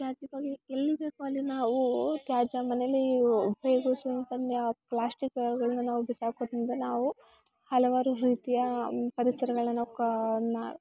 ತ್ಯಾಜ್ಯಗೋಗಿ ಎಲ್ಲಿ ಬೇಕು ಅಲ್ಲಿ ನಾವೂ ತ್ಯಾಜ್ಯ ಮನೇಯಲ್ಲಿ ಇವು ಉಪಯೋಗಿಸುವಂಥದ್ದೆ ಆ ಪ್ಲಾಸ್ಟಿಕ್ಗಳ್ನ ನಾವು ಬಿಸಾಕುವುದ್ರಿಂದ ನಾವು ಹಲವಾರು ರೀತಿಯ ಪರಿಸರಗಳನ್ನು ನಾವು ಕಾ ನಾ